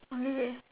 oh really